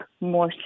more